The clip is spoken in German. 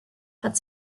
hat